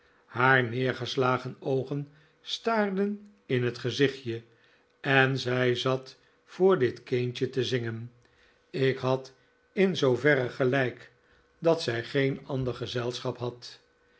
haar neergeslagen oogen staarden in het gezichtje en zij zat voor dit kindje te zingen ik had in zooverre gelijk dat zij geen ander gezelschap had